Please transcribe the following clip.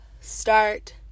start